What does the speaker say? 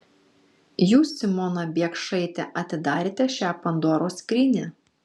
jūs simona biekšaite atidarėte šią pandoros skrynią